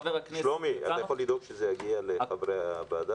שלומי, אתה יכול לדאוג שזה יגיע לחברי הוועדה?